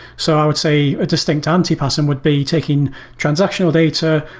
so i would say a distinct anti-pattern would be taking transactional data,